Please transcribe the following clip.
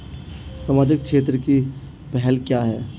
सामाजिक क्षेत्र की पहल क्या हैं?